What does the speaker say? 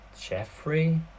Jeffrey